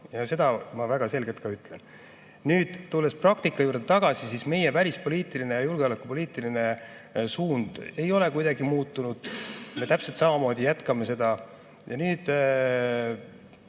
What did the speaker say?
ja seda ma väga selgelt ütlen. Nüüd, tulles praktika juurde tagasi: meie välispoliitiline ja julgeolekupoliitiline suund ei ole kuidagi muutunud. Täpselt samamoodi jätkame seda. Ja nüüd